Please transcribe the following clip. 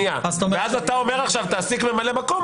אתה אומר להם עכשיו: תעסיק ממלא מקום,